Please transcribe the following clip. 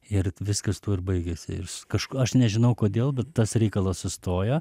ir viskas tuo ir baigėsi ir su kažkuo aš nežinau kodėl bet tas reikalas sustojo